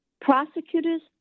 prosecutors